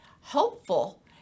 helpful